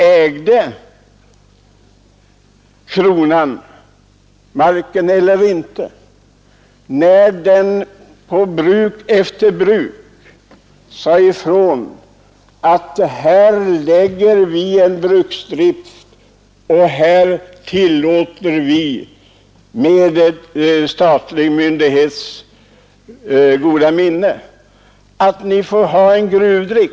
Ägde kronan marken eller inte, när den på bruk efter bruk sade ifrån att här lägger vi en bruksdrift och här tillåter vi, med statlig myndighets goda minne, att ni har en gruvdrift?